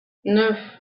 neuf